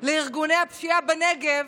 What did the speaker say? לארגוני הפשיעה בנגב